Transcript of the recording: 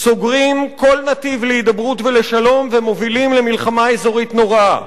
סוגרים כל נתיב להידברות ולשלום ומובילים למלחמה אזורית נוראה,